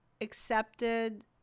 accepted